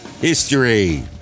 History